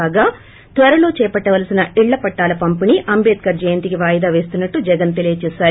కాగా త్వరలో చేపట్లవలసిన ఇళ్లపట్టాల పంపిణీ అంబేద్కర్ జయంతికి వాయిదా వేస్తునట్లు జగన్ తెలియచేశారు